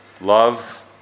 love